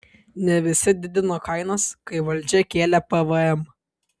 ne visi didino kainas kai valdžia kėlė pvm